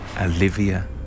Olivia